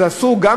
אז אסור גם